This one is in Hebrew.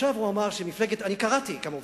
אני קראתי, כמובן.